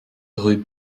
rue